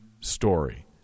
story